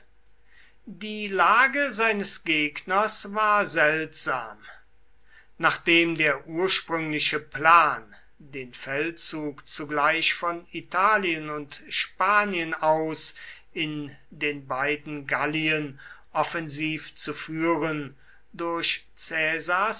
die lage seines gegners war seltsam nachdem der ursprüngliche plan den feldzug zugleich von italien und spanien aus in den beiden gallien offensiv zu führen durch